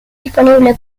disponible